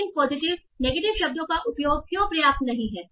तो इन positive negative शब्दों का उपयोग क्यों पर्याप्त नहीं है